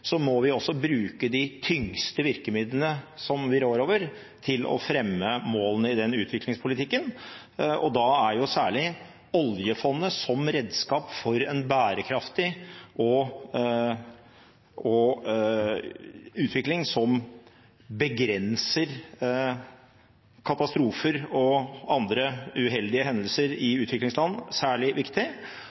må vi også bruke de tyngste virkemidlene som vi rår over, til å fremme målene i den utviklingspolitikken. Da er særlig oljefondet viktig, som redskap for en bærekraftig utvikling som begrenser katastrofer og andre uheldige hendelser i utviklingsland,